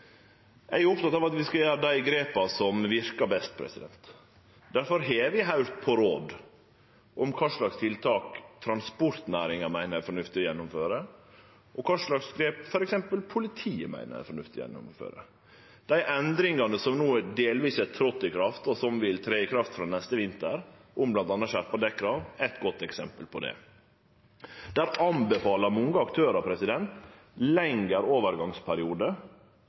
Eg er oppteken av at vi skal gjere dei grepa som verkar best. Difor har vi høyrt på råd om kva slags tiltak transportnæringa meiner det er fornuftig å gjennomføre, og kva slags grep f.eks. politiet meiner det er fornuftig å gjennomføre. Dei endringane som no delvis er tredde i kraft, og som vil tre i kraft frå neste vinter om bl.a. skjerpa dekkrav, er eit godt eksempel på det. Der anbefaler mange aktørar, bl.a. politiet, ein lengre overgangsperiode